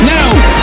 Now